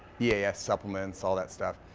yeah supplements, all that stuff.